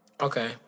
Okay